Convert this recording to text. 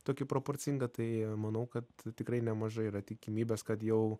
tokį proporcingą tai manau kad tikrai nemažai yra tikimybės kad jau